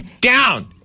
down